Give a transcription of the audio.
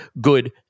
good